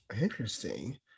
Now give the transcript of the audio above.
Interesting